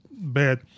bad